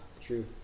true